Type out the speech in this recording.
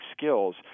skills